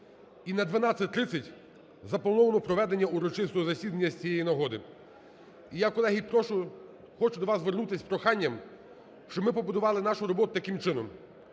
І на 12.30 заплановано проведення урочистого засідання з цієї нагоди. І я, колеги, прошу, хочу до вас звернутись з проханням, щоб ми побудували нашу роботу таким чином: